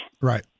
Right